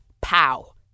POW